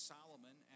Solomon